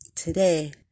Today